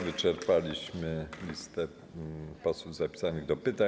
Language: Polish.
Wyczerpaliśmy listę posłów zapisanych do pytań.